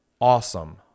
Awesome